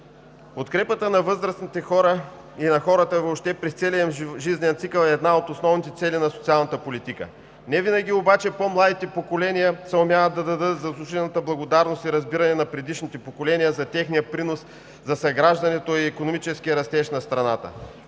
Подкрепата на възрастните хора и на хората въобще през целия им жизнен цикъл е една от основните цели на социалната политика. Невинаги обаче по-младите поколения съумяват да дадат заслужената благодарност и разбиране на предишните поколения за техния принос за съграждането и икономическия растеж на страната.